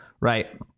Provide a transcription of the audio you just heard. right